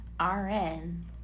RN